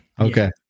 Okay